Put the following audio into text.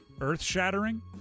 earth-shattering